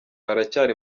haracyari